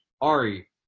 Ari